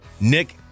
Nick